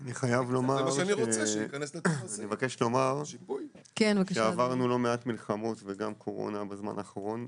אני מבקש לומר שעברנו לא מעט מלחמות וגם קורונה בזמן האחרון.